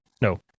no